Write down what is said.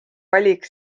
valik